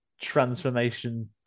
transformation